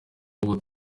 ahubwo